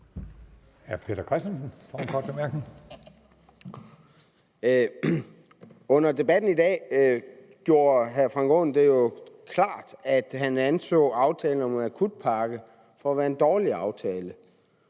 Peter Christensen (V): Under debatten i dag gjorde hr. Frank Aaen det jo klart, at han anså aftalen om en akutpakke for at være en dårlig aftale.